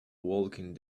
walking